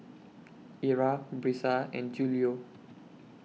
Ira Brisa and Julio